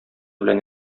белән